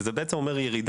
זה אומר ירידה,